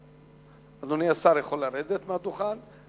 אדוני השר יכול לרדת מהדוכן,